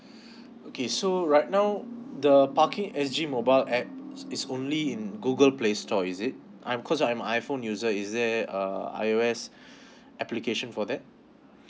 okay so right now the parking S G mobile app is only in google play store is it I'm coz I'm iphone user is there uh I_O_S application for that